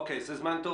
זה זמן טוב